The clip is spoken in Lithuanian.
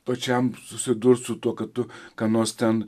pačiam susidurt su tuo kad tu ką nors ten